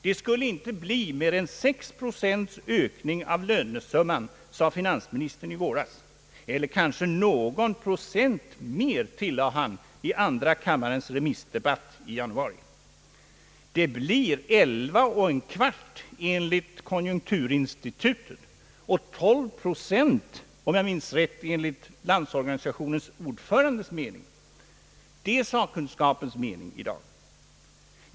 Det skulle inte bli mer än 6 procents ökning av lönesumman, sade finansministern i våras, eller kanske någon procent mer, tillade han i andra kammarens remissdebatt i januari. Det blir 11 1/4 procent enligt konjunkturinstitutet, och 12 procent, om jag minns rätt, enligt den mening som Landsorganisationens ordförande hyser. Detta är sakkunskapens mening i dag.